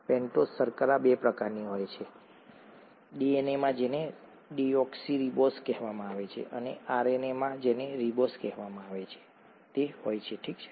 pentose શર્કરા બે પ્રકારની હોય છે ડીએનએમાં જેને ડીઓક્સીરીબોઝ કહેવામાં આવે છે અને આરએનએમાં જેને રિબોઝ કહેવામાં આવે છે તે હોય છે ઠીક છે